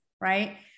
right